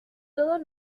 todos